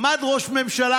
עמד ראש ממשלה,